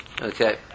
Okay